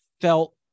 felt